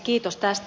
kiitos tästä